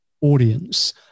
audience